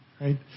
Right